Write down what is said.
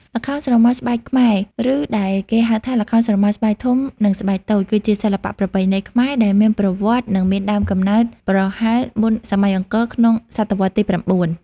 ល្ខោនស្រមោលស្បែកខ្មែរ ឬដែលគេហៅថា ល្ខោនស្រមោលស្បែកធំ និងស្បែកតូចគឺជាសិល្បៈប្រពៃណីខ្មែរ ដែលមានប្រវត្តិនិងមានដើមកំណើតប្រហែលមុនសម័យអង្គរ ក្នុងសតវត្សទី ៩។